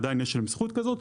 ועדיין יש להם זכות כזאת,